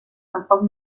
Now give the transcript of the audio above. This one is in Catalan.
tampoc